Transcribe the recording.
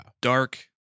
dark